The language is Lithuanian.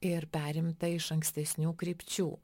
ir perimta iš ankstesnių krypčių